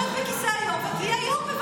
שב בכיסא היושב-ראש ותהיה יושב-ראש,